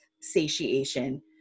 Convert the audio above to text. satiation